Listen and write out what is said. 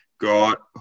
got